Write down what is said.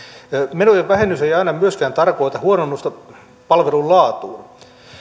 menojen vähennys ei aina myöskään tarkoita huononnusta palvelun laatuun